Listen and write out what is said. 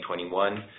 2021